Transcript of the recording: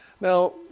Now